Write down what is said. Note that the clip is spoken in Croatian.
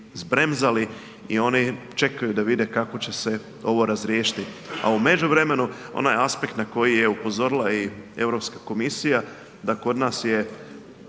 i oni čekaju da vide kako će se ovo razriješiti. A u međuvremenu onaj aspekt na koji je upozorila i EU komisija da kod nas je